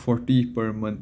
forty per month